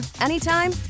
anytime